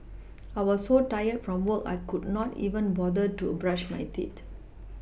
I was so tired from work I could not even bother to brush my teeth